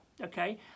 okay